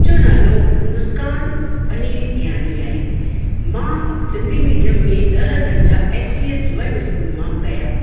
मुंहिंजो नालो मुस्कान अनिल ज्ञानी आहे मां सिंधी मीडियम में ॾह दर्जा S C S one school मां कया